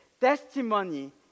testimony